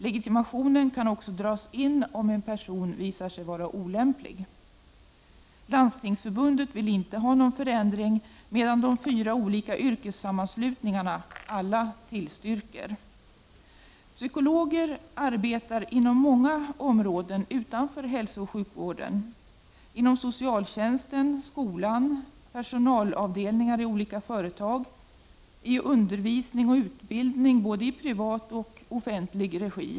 Legitimationen kan också dras in om en person visar sig vara olämplig. Landstingsförbundet vill inte ha någon förändring, medan de fyra olika yrkessammanslutningarna tillstyrker förändringen. Psykologer arbetar inom många områden utanför hälsooch sjukvården — inom socialtjänsten och skolan, på personalavdelningar i olika företag, inom undervisning och utbildning, i både privat och offentlig regi.